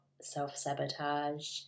self-sabotage